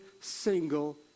single